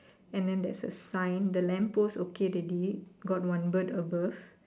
and then there's a sign the lamp post okay already got one bird above